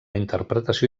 interpretació